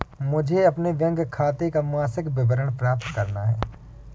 मुझे अपने बैंक खाते का मासिक विवरण प्राप्त करना है?